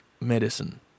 medicine